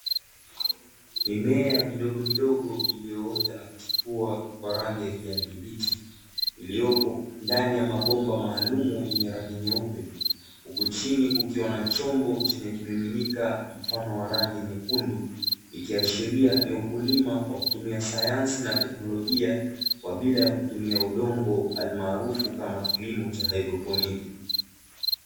Mimea midogo midogo iliyoota na kuchipua kwa rangi ya kijani kibichi, iliyopo ndani ya mabomba maalumu yenye rangi nyeupe, uku chini kukiwa na chombo chenye kimiminika mfano wa rangi nyekundu, ikiashiria ni ukulima wa kutumia sayansi na teknolojia bila ya kutumia udongo alimaarufu kama kilimo cha haidroponiki.